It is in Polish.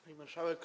Pani Marszałek!